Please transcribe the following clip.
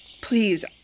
Please